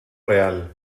real